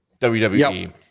WWE